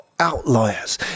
outliers